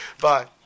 bye